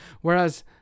whereas